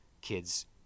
kids